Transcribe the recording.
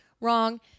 wrong